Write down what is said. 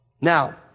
Now